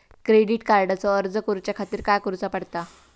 Credit कार्डचो अर्ज करुच्या खातीर काय करूचा पडता?